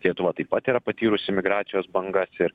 lietuva taip pat yra patyrusi migracijos bangas ir